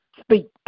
speak